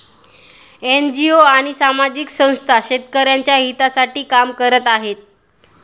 NGO आणि सामाजिक संस्था शेतकऱ्यांच्या हितासाठी काम करत आहेत